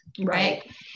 Right